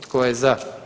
Tko je za?